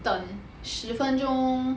等十分钟